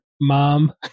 mom